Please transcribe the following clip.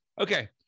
okay